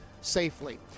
safely